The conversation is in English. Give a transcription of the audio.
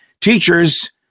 teachers